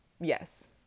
yes